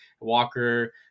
Walker